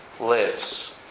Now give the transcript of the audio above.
lives